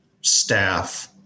staff